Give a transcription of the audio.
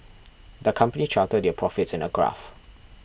the company charted their profits in a graph